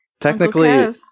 technically